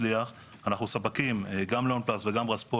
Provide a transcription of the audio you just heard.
ובמכונות שלקחנו עליהן הלוואות שנים קודם